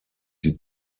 die